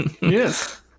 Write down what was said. Yes